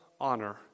honor